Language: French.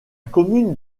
commune